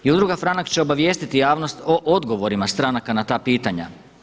I Udruga FRANAK će obavijestiti javnost o odgovorima stranaka na ta pitanja.